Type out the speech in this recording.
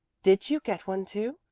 did you get one, too?